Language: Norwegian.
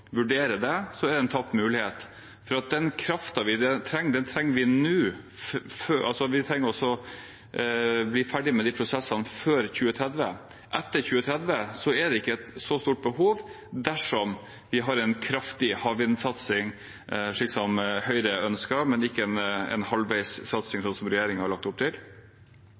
vurdere det, er det en tapt mulighet. Den kraften vi trenger, den trenger vi nå – vi trenger å bli ferdig med de prosessene før 2030. Etter 2030 er det ikke et så stort behov dersom vi har en kraftig havvindsatsing, slik Høyre ønsker – men ikke med en halvveis satsing, slik regjeringen har lagt opp til.